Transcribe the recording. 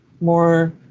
more